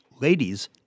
ladies